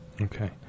Okay